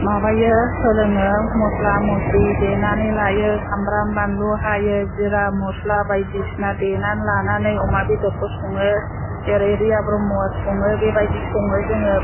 माबायो सोलोङो मस्ला मस्लि देनानै लायो सामब्राम बानलु हायो जिरा मस्ला बायदिसिना देनानै लानानै अमा बेदरखौ सङो जेरै रिया ब्रह्मआ सङो बेबायदि सङो जोङो